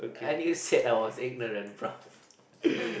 and you said I was ignorant bro